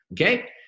okay